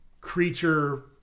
creature